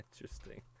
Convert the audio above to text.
Interesting